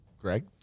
Greg